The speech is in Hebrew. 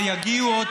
אז שידעו,